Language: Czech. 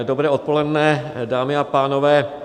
Dobré odpoledne, dámy a pánové.